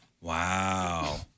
Wow